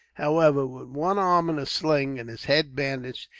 however, with one arm in a sling, and his head bandaged,